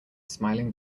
smiling